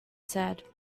said